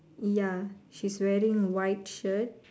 ya she's wearing white shirt